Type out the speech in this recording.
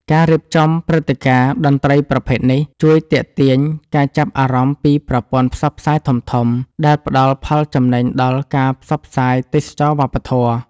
ការរៀបចំព្រឹត្តិការណ៍តន្ត្រីប្រភេទនេះ ជួយទាក់ទាញការចាប់អារម្មណ៍ពីប្រព័ន្ធផ្សព្វផ្សាយធំៗ ដែលផ្ដល់ផលចំណេញដល់ការផ្សព្វផ្សាយទេសចរណ៍វប្បធម៌។